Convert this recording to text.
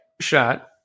shot